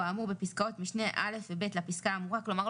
האמור בפסקאות משנה (א) או (ב) לפסקה האמורה," כלומר,